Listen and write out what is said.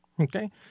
okay